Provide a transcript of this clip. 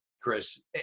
Chris